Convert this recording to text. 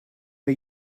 the